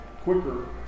Quicker